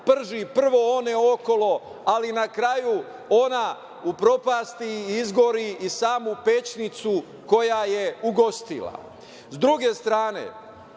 ona prži one okolo, ali na kraju ona upropasti i izgori i samu pećnicu koja je ugostila.S